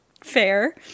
fair